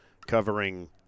covering